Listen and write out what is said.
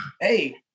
Hey